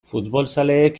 futbolzaleek